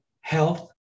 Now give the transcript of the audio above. health